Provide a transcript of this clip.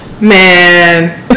Man